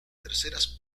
terceras